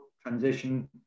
transition